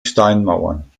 steinmauern